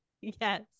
yes